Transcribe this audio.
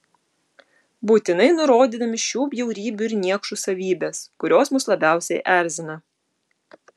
būtinai nurodydami šių bjaurybių ir niekšų savybes kurios mus labiausiai erzina